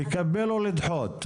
לקבל או לדחות.